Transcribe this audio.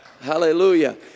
Hallelujah